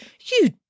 You